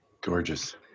Gorgeous